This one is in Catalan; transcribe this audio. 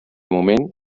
moment